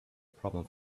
problem